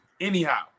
Anyhow